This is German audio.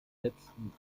letzten